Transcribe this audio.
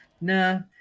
No